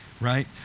right